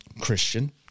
Christian